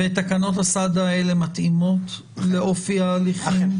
ותקנות הסד"א האלה מתאימות לאופי ההליכים?